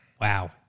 wow